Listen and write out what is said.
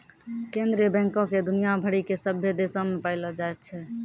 केन्द्रीय बैंको के दुनिया भरि के सभ्भे देशो मे पायलो जाय छै